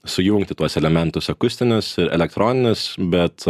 sujungti tuos elementus akustinius ir elektroninius bet